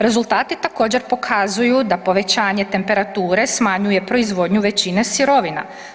Rezultati također pokazuju da povećanje temperature smanjuje proizvodnju većine sirovina.